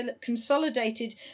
consolidated